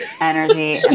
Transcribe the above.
energy